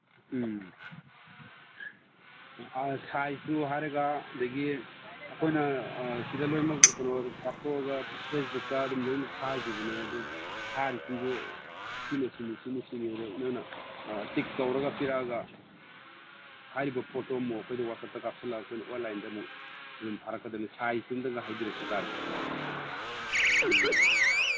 ꯎꯝ ꯁꯥꯏꯖꯇꯨ ꯍꯥꯏꯔꯒ ꯑꯗꯒꯤ ꯑꯩꯈꯣꯏꯅ ꯁꯤꯗ ꯂꯣꯏꯃꯛ ꯀꯩꯅꯣ ꯀꯥꯞꯊꯣꯛꯑꯒ ꯐꯦꯁꯕꯨꯛꯇ ꯑꯗꯨꯝ ꯂꯣꯏꯃꯛ ꯊꯥꯒꯤꯕꯅꯤ ꯑꯗꯨ ꯊꯥꯔꯤꯁꯤꯡꯗꯨ ꯁꯤꯅꯤ ꯁꯤꯅꯤꯗꯨ ꯅꯪꯅ ꯇꯤꯛ ꯇꯧꯔꯒ ꯄꯤꯔꯛꯑꯒ ꯍꯥꯏꯔꯤꯕ ꯄꯣꯠꯇꯣ ꯑꯃꯨꯛ ꯑꯩꯈꯣꯏꯗ ꯋꯥꯆꯞꯗ ꯀꯥꯞꯁꯤꯜꯂꯛꯑꯒ ꯑꯩꯈꯣꯏꯅ ꯑꯣꯟꯂꯥꯏꯟꯗ ꯑꯃꯨꯛ ꯑꯗꯨꯝ ꯊꯥꯔꯛꯀꯗꯝꯅꯤ ꯁꯥꯏꯖꯇꯨ ꯑꯝꯇꯪꯒ ꯍꯥꯏꯕꯤꯔꯛꯄ ꯇꯥꯔꯦ ꯎꯝ